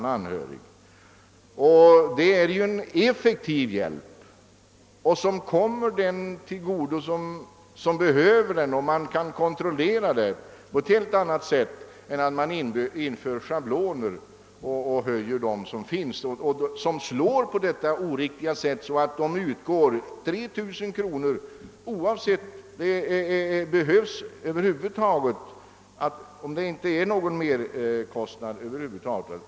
Det är en effektiv hjälp som kommer dem till godo som behöver den. Man kan också kontrollera dessa bidrag på ett helt annat sätt än man kan, om man inför en schablon som slår så oriktigt att 3 000 kronor utgår oavsett om det föreligger någon merkostnad eller ej.